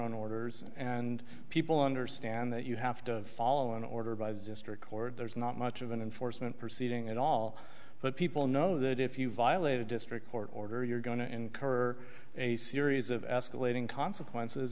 own orders and people understand that you have to follow an order by just record there's not much of an enforcement proceeding at all but people know that if you violate a district court order you're going to incur a series of escalating consequences